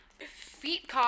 Feet